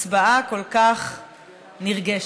הצבעה כל כך נרגשת.